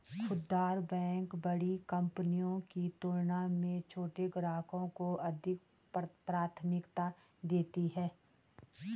खूदरा बैंक बड़ी कंपनियों की तुलना में छोटे ग्राहकों को अधिक प्राथमिकता देती हैं